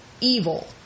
evil